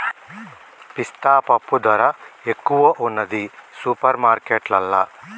పిస్తా పప్పు ధర ఎక్కువున్నది సూపర్ మార్కెట్లల్లా